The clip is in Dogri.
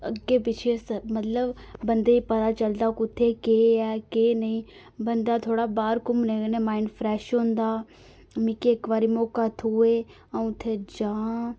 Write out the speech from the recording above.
अग्गै पिच्छै सब मतलब बंदे गी पता चलदा कुत्थै केह् है केह् नेईं बंदा थोह्ड़ा बाहर घूमने कन्नै माइंड फ्रैश होंदा मिकी इक बारी मौका थ्होऐ अ'ऊ उत्थै जां